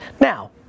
Now